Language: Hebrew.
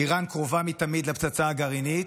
איראן קרובה מתמיד לפצצה הגרעינית,